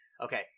Okay